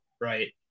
right